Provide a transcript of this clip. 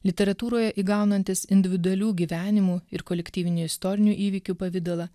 literatūroje įgaunantis individualių gyvenimų ir kolektyvinių istorinių įvykių pavidalą